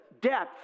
depth